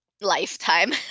lifetime